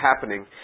happening